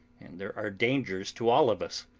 and there are dangers to all of us,